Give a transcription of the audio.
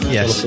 Yes